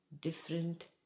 different